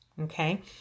okay